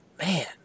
man